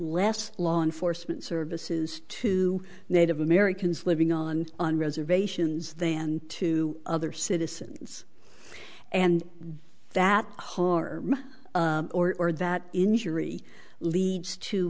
less law enforcement services to native americans living on an reservations than to other citizens and that harm or or that injury leads to